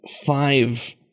five